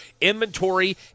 inventory